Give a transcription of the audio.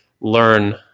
learn